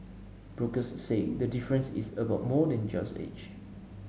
brokers say the difference is about more than just age